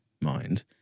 mind